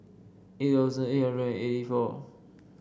eight thousand eight hundred and eighty four